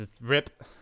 rip